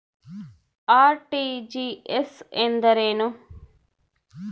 RTGS ಎಂದರೇನು?